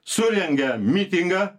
surengia mitingą